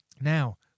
Now